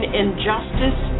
injustice